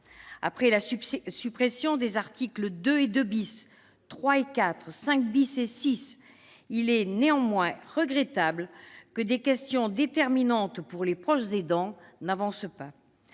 Après la suppression des articles 2 et 2 , 3 et 4, 5 et 6, il est néanmoins regrettable que des questions déterminantes pour les proches aidants n'avancent pas.